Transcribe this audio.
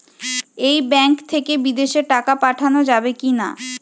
এই ব্যাঙ্ক থেকে বিদেশে টাকা পাঠানো যাবে কিনা?